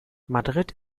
madrid